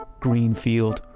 ah green field.